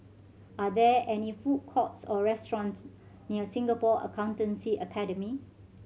are there any food courts or restaurants near Singapore Accountancy Academy